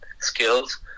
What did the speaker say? skills